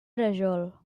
rajol